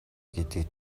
гэдгийг